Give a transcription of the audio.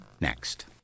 next